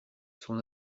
son